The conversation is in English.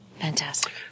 Fantastic